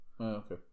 Okay